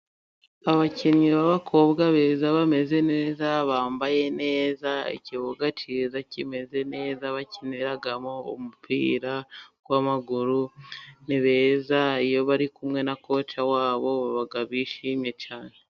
Abakinnyi b'abakobwa beza, bameze neza, bambaye neza. Ikibuga cyiza kimeze neza bakiniramo umupira w'amaguru. Ni beza iyo bari kumwe na koci wabo baba bishimye cyane.